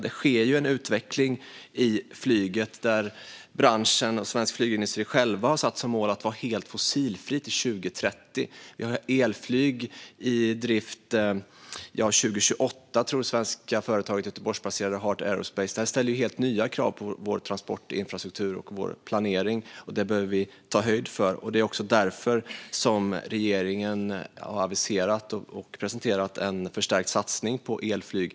Det sker en utveckling inom flyget, där bransch och svensk flygindustri själva har satt som mål att vara helt fossilfria till 2030. Det svenska Göteborgsbaserade företaget Heart Aerospace tror att vi har elflyg i drift 2028. Detta ställer helt nya krav på vår transportinfrastruktur och planering, och det behöver vi ta höjd för. Det är också därför regeringen har aviserat och presenterat en förstärkt satsning på elflyg.